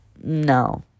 no